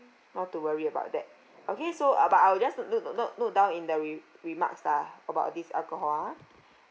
not to worry about that okay so I'll but I'll just note note note note note down in the re~ remarks lah about this alcohol ah